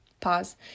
Pause